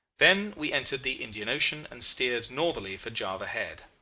then we entered the indian ocean and steered northerly for java head.